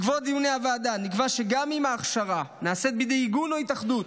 בעקבות דיוני הוועדה נקבע שגם אם ההכשרה נעשית בידי ארגון או התאחדות,